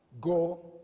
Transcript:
go